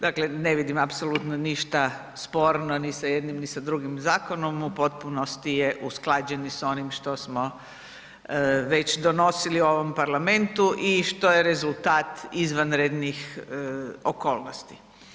Dakle, ne vidim apsolutno sporno ništa ni sa jednim, ni sa drugim zakonom u potpunosti je usklađen s onim što smo već donosili u ovom Parlamentu i što je rezultat izvanrednih okolnosti.